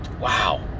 wow